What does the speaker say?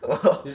!wow!